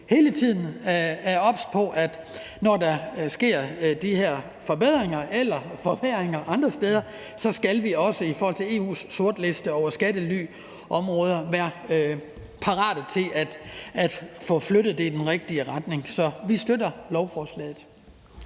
hele tiden er obs på, at når der sker de her forbedringer – eller forværringer andre steder – så skal vi også i forhold til EU's sortliste over skattelyområder være parate til at få det flyttet i den rigtige retning. Så vi støtter lovforslaget.